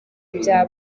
ibya